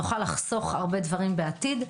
נוכל לחסוך הרבה דברים בעתיד.